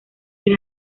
drew